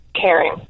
caring